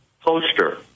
poster